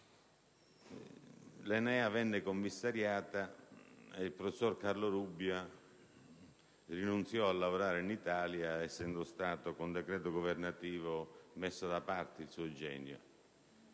l'ENEA venne commissariata ed il professor Carlo Rubbia rinunziò a lavorare in Italia essendo stato con decreto governativo messo da parte il suo genio.